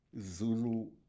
Zulu